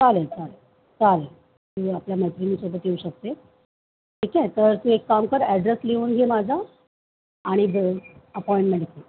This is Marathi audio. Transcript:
चालेल चालेल चालेल तू आपल्या मैत्रिणीसोबत येऊ शकते ठीक आहे तर तू एक काम कर ॲड्रेस लिहून घे माझा आणि हे अपॉइंटमेंट घे